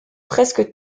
presque